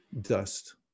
dust